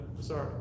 Sorry